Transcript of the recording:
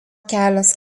kelias